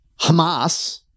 Hamas